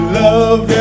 love